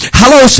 hello